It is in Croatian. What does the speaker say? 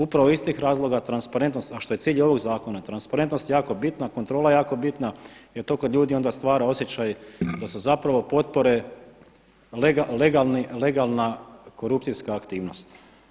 Upravo iz tih razloga transparentnost, a što je cilj i ovog zakona, transparentnost je jako bitna, kontrola je jako bitna jer to kod ljudi onda stvara osjećaj da su zapravo potpore legalna korupcijska aktivnost.